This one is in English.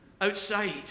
outside